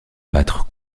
battre